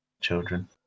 children